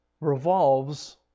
revolves